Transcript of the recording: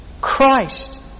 Christ